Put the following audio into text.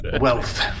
Wealth